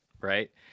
right